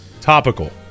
Topical